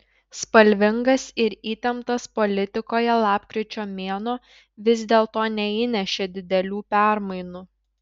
spalvingas ir įtemptas politikoje lapkričio mėnuo vis dėlto neįnešė didelių permainų